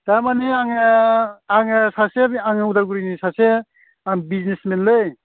थारमाने आङो आङो सासे आङो उदालगुरिनि सासे आं बिजनेसमेनलै